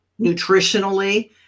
nutritionally